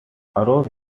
across